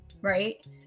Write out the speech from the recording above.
right